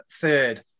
third